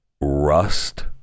Rust